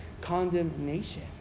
condemnation